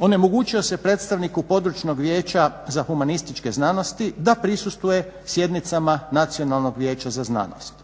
onemogućio se predstavniku područnog vijeća za humanističke znanosti da prisustvuje sjednicama Nacionalnog vijeća za znanost.